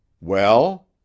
Well